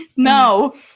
No